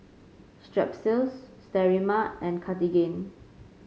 Strepsils Sterimar and Cartigain